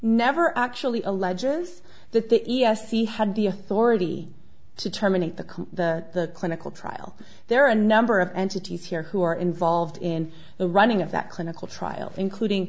never actually alleges that the e s c had the authority to terminate the can the clinical trial there are a number of entities here who are involved in the running of that clinical trial including